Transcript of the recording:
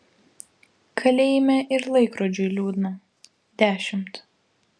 kalėjime ir laikrodžiui liūdna dešimt